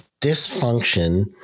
dysfunction